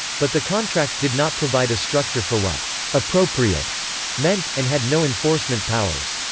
but the contract did not provide a structure for what appropriate meant, and had no enforcement powers.